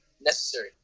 necessary